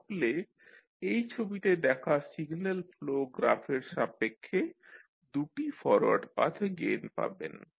তাহলে এই ছবিতে দেখা সিগন্যাল ফ্লো গ্রাফের সাপেক্ষে দুটি ফরওয়ার্ড পাথ গেইন পাবেন